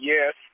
Yes